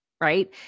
right